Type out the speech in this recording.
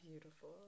Beautiful